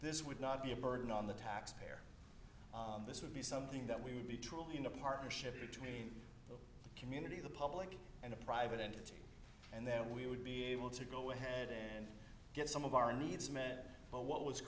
this would not be a burden on the taxpayer this would be something that we would be truly in a partnership between the community the public and a private entity and then we would be able to go ahead and get some of our needs met but what was